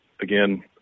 again